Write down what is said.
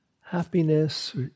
happiness